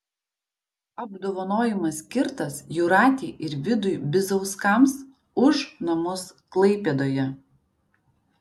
apdovanojimas skirtas jūratei ir vidui bizauskams už namus klaipėdoje